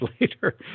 later